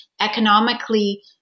economically